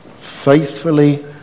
faithfully